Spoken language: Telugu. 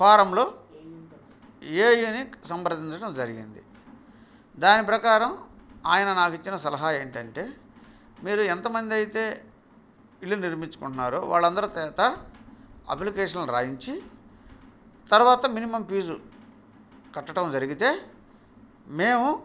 ఫోరంలో ఏఈనిక్ సంప్రదించడం జరిగింది దాని ప్రకారం ఆయన నాకు ఇచ్చిన సలహా ఏంటంటే మీరు ఎంతమంది అయితే ఇల్లు నిర్మించుకున్నారో వాళ్ళ అందరి చేత అప్లికేషన్ రాయించి తరువాత మినిమమ్ ఫీజు కట్టడం జరిగితే మేము